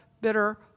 bitter